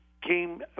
came